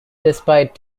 despite